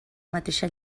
mateixa